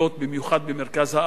במיוחד במרכז הארץ,